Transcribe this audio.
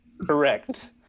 Correct